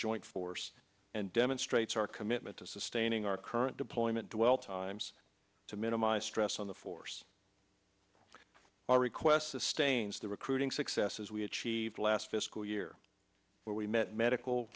joint force and demonstrates our commitment to sustaining our current deployment to well times to minimize stress on the force our request sustains the recruiting success as we achieved last fiscal year where we met medical